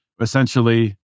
essentially